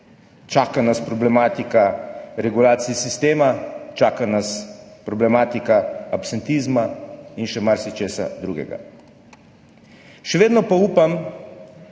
čaka nas problematika regulacije sistema, čaka nas problematika absentizma in še marsičesa drugega. Še vedno pa upam,